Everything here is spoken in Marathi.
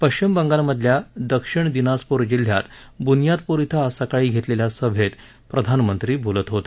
पश्चिम बंगालमधल्या दक्षिण दिनाजपूर जिल्ह्यात बुनियादपूर श्व आज सकाळी घेतलेल्या सभेत ते बोलत होते